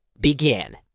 Begin